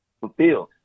fulfilled